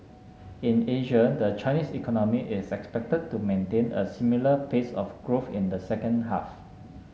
in Asia the Chinese economy is expected to maintain a similar pace of growth in the second half